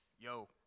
Yo